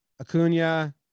Acuna